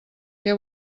què